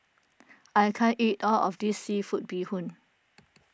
I can't eat all of this Seafood Bee Hoon